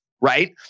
right